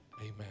Amen